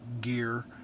gear